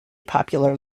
popular